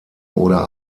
oder